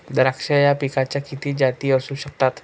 द्राक्ष या पिकाच्या किती जाती असू शकतात?